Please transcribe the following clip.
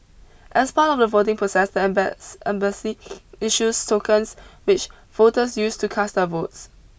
as part of the voting process the embassy issues tokens which voters use to cast their votes